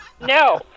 no